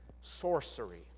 sorcery